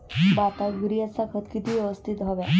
भाताक युरियाचा खत किती यवस्तित हव्या?